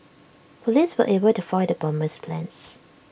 Police were able to foil the bomber's plans